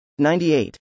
98